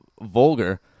vulgar